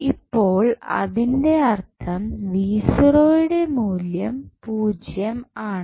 ഇപ്പോൾ അതിൻറെ അർത്ഥം യുടെ മൂല്യം 0 ആണ്